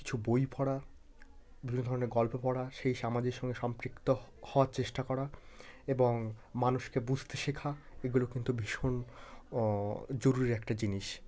কিছু বই পড়া বিভিন্ন ধরনের গল্প পড়া সেই সামাজের সঙ্গে সম্পৃক্ত হওয়ার চেষ্টা করা এবং মানুষকে বুঝতে শেখা এগুলো কিন্তু ভীষণ জরুরি একটা জিনিস